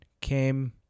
came